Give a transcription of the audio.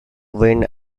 went